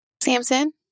Samson